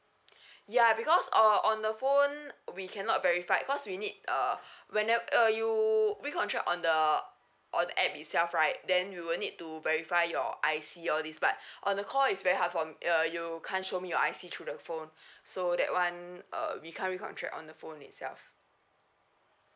ya because uh on the phone we cannot verified because we need uh whenev~ uh you recontract on the on app itself right then we will need to verify your I_C all these but on the call it's very hard for uh you can't show me your I_C through the phone so that one uh we can't recontract on the phone itself